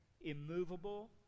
immovable